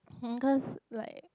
hmm cause like